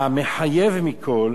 המחייב מכול,